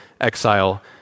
exile